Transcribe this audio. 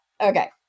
Okay